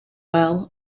well